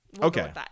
Okay